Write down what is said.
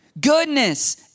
Goodness